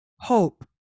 hope